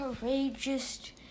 courageous